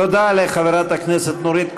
תודה לחברת הכנסת נורית קורן.